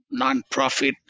nonprofit